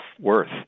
worth